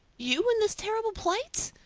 you in this terrible plight!